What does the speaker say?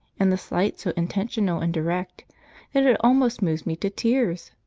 and the slight so intentional and direct, that it almost moves me to tears.